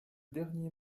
dernier